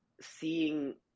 seeing